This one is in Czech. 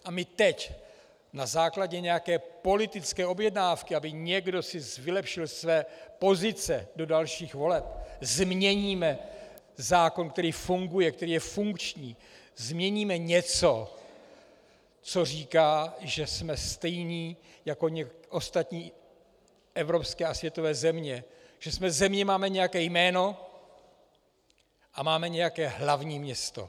A my teď na základě nějaké politické objednávky, aby někdo si vylepšil své pozice do dalších voleb, změníme zákon, který funguje, který je funkční, změníme něco, co říká, že jsme stejní jako ostatní evropské a světové země, že jsme země, máme nějaké jméno a máme nějaké hlavní město.